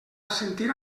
assentir